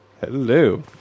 hello